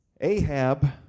Ahab